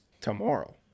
tomorrow